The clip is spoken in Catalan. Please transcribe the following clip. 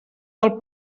del